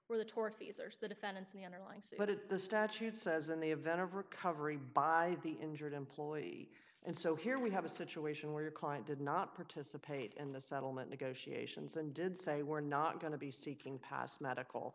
at the statute says in the event of recovery by the injured employee and so here we have a situation where your client did not participate in the settlement negotiations and did say we're not going to be seeking past medical